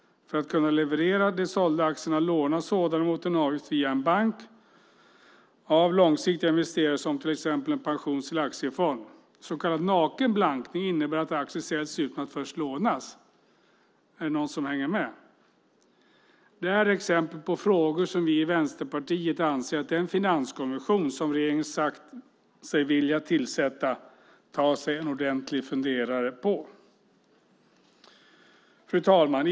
För att kunna leverera de sålda aktierna lånas sådana mot en avgift via en bank av långsiktiga investerare som till exempel en pensions eller aktiefond. Så kallad naken blankning innebär att aktier säljs utan att först lånas. Är det någon som hänger med? Det här är exempel på frågor som vi i Vänsterpartiet anser att den finanskommission som regeringen sagt sig vilja tillsätta ska ta sig en ordentlig funderare på. Fru talman!